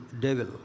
devil